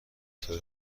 طور